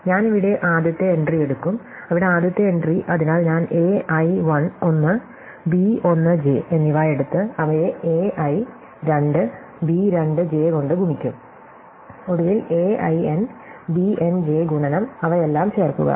ഞാൻ ഇവിടെ ആദ്യത്തെ എൻട്രി എടുക്കും അവിടെ ആദ്യത്തെ എൻട്രി അതിനാൽ ഞാൻ A i 1 B 1 j എന്നിവ എടുത്ത് അവയെ A i 2 B 2 j കൊണ്ട് ഗുണിക്കും ഒടുവിൽ A i n b n j ഗുണനം അവയെല്ലാം ചേർക്കുക